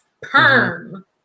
Perm